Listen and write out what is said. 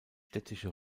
städtische